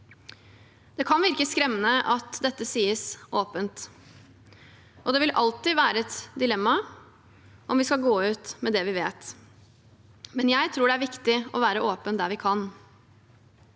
Det kan virke skremmende at dette sies åpent. Det vil alltid være et dilemma om vi skal gå ut med det vi vet, men jeg tror det er viktig å være åpen der vi kan.